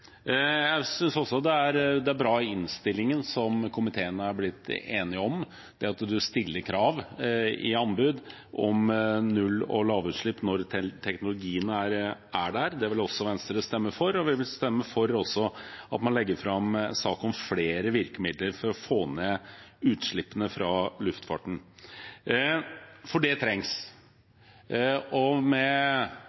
Jeg synes også det er bra at man i innstillingen er blitt enige om å stille krav i anbud om null- og lavutslipp når teknologien er der. Det vil Venstre stemme for, og vi vil også stemme for at man legger fram en sak om flere virkemidler for å få ned utslippene fra luftfarten, for det trengs.